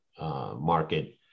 market